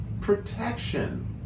protection